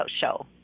show